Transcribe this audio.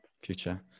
Future